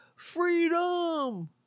Freedom